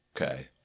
Okay